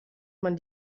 man